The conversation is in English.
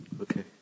Okay